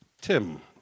Tim